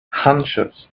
hunches